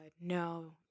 No